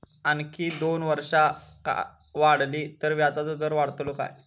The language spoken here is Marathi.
आणखी दोन वर्षा वाढली तर व्याजाचो दर वाढतलो काय?